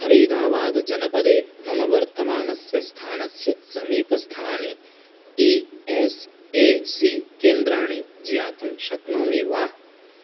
फ़रीदाबाद् जनपदे मम वर्तमानस्य स्थानस्य समीपस्थानि ई एस् ए सी केन्द्राणि ज्ञातुं शक्नोमि वा